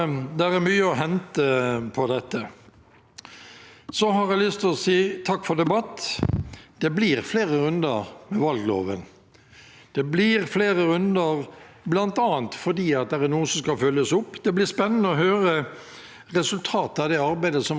Det blir flere runder bl.a. fordi det er noe som skal følges opp. Det blir spennende å høre resultatet av det arbeidet som regjeringen har bestilt. Der vil det kunne komme nyttig informasjon. Til slutt bare minner jeg om at vi har bestillinger også i denne innstillingen